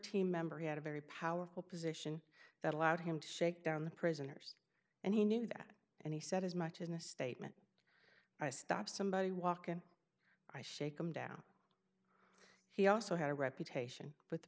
certain member he had a very powerful position that allowed him to shake down the prisoners and he knew that and he said as much in a statement i stop somebody walk and i shake him down he also had a reputation with the